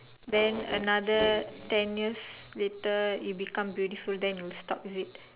then another ten years later you become beautiful then you will stop is it